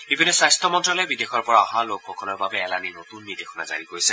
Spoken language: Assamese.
ইপিনে স্বাস্থ্য মন্ত্যালয়ে বিদেশৰ পৰা অহা লোকসকলৰ বাবে এলানি নতুন নিৰ্দেশনা জাৰি কৰিছে